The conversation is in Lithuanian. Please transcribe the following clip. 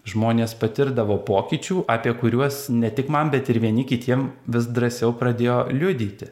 žmonės patirdavo pokyčių apie kuriuos ne tik man bet ir vieni kitiem vis drąsiau pradėjo liudyti